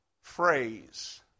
phrase